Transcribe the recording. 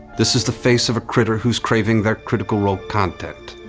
this is the face of a critter who's craving their critical role content,